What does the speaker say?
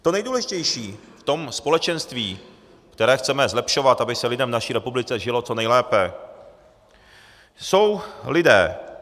To nejdůležitější v tom společenství, které chceme zlepšovat, aby se lidem v naší republice žilo co nejlépe, jsou lidé.